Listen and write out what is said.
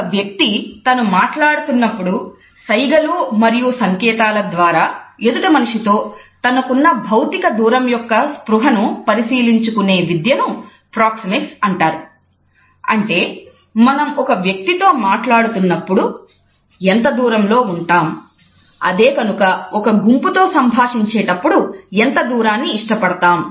ఒక వ్యక్తి తను మాట్లాడుతున్నప్పుడు సైగలు మరియు సంకేతాల ద్వారా ఎదుటి మనిషి తో తనకున్న భౌతిక దూరం యొక్క స్పృహను పరిశీలించుకునే విద్యను ప్రోక్సెమిక్స్ అంటారు